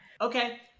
Okay